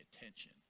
attention